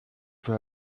peut